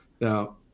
Now